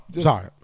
sorry